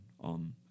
on